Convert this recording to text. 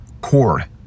cord